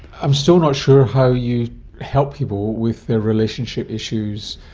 i'm still not sure how you help people with their relationship issues,